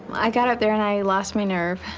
i got out there, and i lost my nerve.